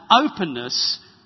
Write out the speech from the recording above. openness